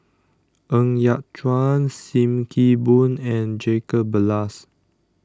Ng Yat Chuan SIM Kee Boon and Jacob Ballas